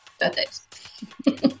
Birthdays